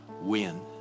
win